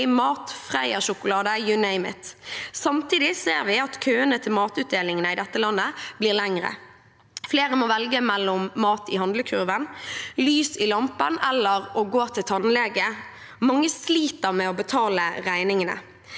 mat, Freia-sjokolade – you name it. Samtidig ser vi at køene til matutdelingene i dette landet blir lengre. Flere må velge mellom mat i handlekurven, lys i lampen eller å gå til tannlege. Mange sliter med å betale regningene.